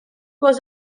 was